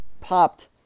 popped